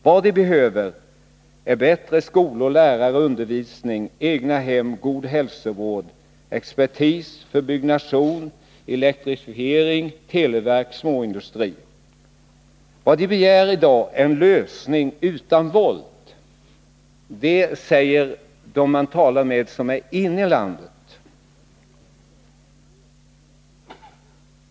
Vad de behöver är bättre skolor, lärare, undervisning, egna hem, god hälsovård, expertis för byggnation, elektrifiering, televerk och småindustri. Vad de begär i dag är en lösning utan våld. Det säger de man talar med som är inne i landet.